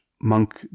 monk